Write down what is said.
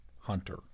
hunter